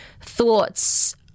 thoughts